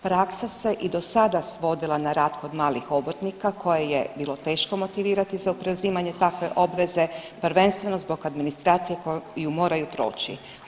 Praksa se i dosada svodila na rad kod malih obrtnika koje je bilo teško motivirati za preuzimanje takve obveze prvenstveno zbog administracije koju moraju proći.